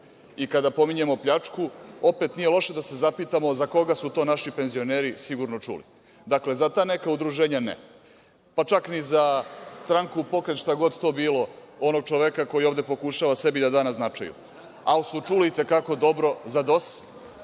pominjemo pljačku, opet nije loše da se zapitamo za koga su to naši penzioneri sigurno čuli. Dakle, za ta neka udruženja ne, pa čak ni za stranku, pokret, šta god to bilo, onog čoveka koji ovde pokušava sebi da da na značaju, ali su čuli i te kako dobro za DOS